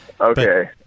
Okay